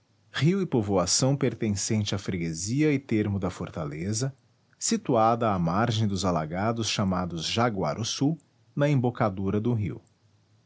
rio e povoação pertencente a freguesia e termo da fortaleza situada à margem dos alagados chamados jaguaruçu na embocadura do rio